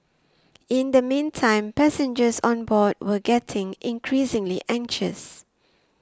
in the meantime passengers on board were getting increasingly anxious